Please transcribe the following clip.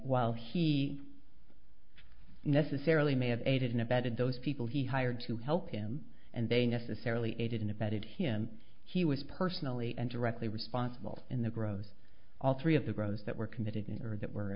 while he necessarily may have aided and abetted those people he hired to help him and they necessarily aided and abetted him he was personally and directly responsible in the grove all three of the rows that were committed in or that were